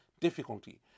difficulty